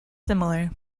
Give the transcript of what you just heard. similar